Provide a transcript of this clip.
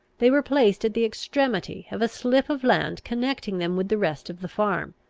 they were placed at the extremity of a slip of land connecting them with the rest of the farm,